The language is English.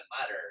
matter